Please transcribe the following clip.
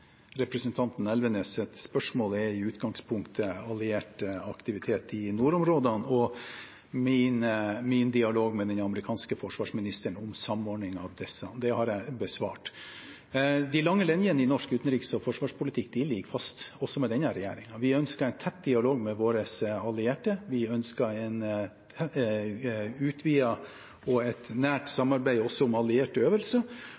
representanten Elvenes’ spørsmål er i utgangspunktet allierte aktiviteter i nordområdene og min dialog med den amerikanske forsvarsministeren om samordningen av disse. Det har jeg besvart. De lange linjene i norsk utenriks- og forsvarspolitikk ligger fast, også med denne regjeringen. Vi ønsker en tett dialog med våre allierte, vi ønsker et utvidet og nært samarbeid også om allierte øvelser, og